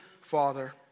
father